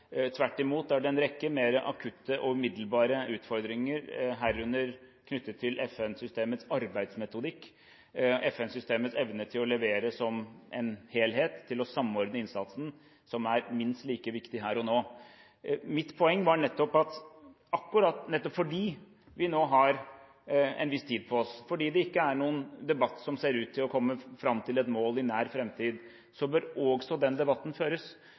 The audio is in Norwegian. Tvert imot er det en rekke mer akutte og umiddelbare utfordringer, herunder FN-systemets arbeidsmetodikk og evne til å levere som en helhet og samordne innsatsen, som er minst like viktig her og nå. Mitt poeng var at nettopp fordi vi nå har en viss tid på oss fordi det ikke er en debatt som ser ut til å komme fram til et mål i nær framtid, bør den debatten føres.